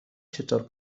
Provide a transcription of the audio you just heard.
چطور